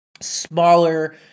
smaller